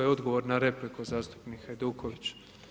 Odgovor na repliku zastupnik Hajduković.